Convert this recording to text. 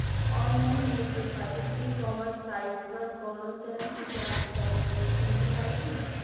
Online बेचे खातिर e commerce site पर कौनोतरह के चार्ज चाहे कमीशन भी लागी?